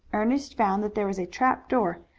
ernest found that there was a trap-door,